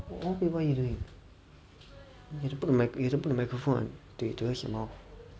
!huh! wait what are you doing you have to put the you have to put the microphone towards your mouth